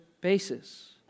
basis